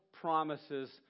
promises